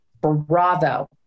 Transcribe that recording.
bravo